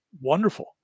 wonderful